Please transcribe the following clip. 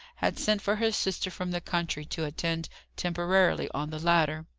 had sent for her sister from the country to attend temporarily on the latter.